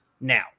Now